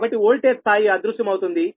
కాబట్టి వోల్టేజ్ స్థాయి అదృశ్యమవుతుంది